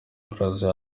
brazza